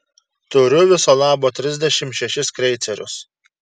turiu viso labo trisdešimt šešis kreicerius